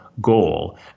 Goal